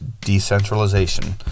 decentralization